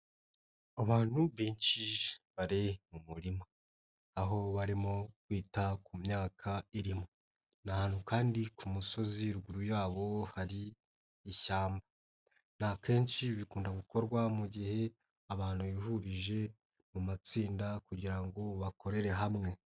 Abantu benshi bari mu murima, aho barimo kwita ku myaka irimo, ni ahantu kandi ku musozi ruguru yabo hari ishyamba, n'akenshi bikunda gukorwa mu gihe abantu bihurije mu matsinda kugira ngo bakorere hamwe.